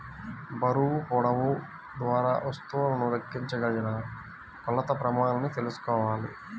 బరువు, పొడవు ద్వారా వస్తువులను లెక్కించగలిగిన కొలత ప్రమాణాన్ని తెల్సుకోవాలి